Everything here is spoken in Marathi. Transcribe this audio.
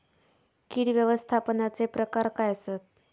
कीड व्यवस्थापनाचे प्रकार काय आसत?